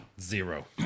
Zero